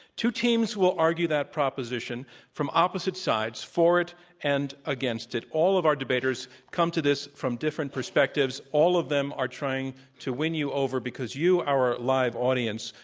two teams will argue that proposition from opposite sides, for it and against it. all of our debaters come to this from different perspectives, all of them are trying to win you over because you, our live audience,